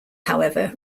however